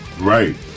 right